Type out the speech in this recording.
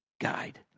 guide